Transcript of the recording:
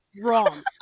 wrong